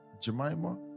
Jemima